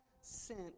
sent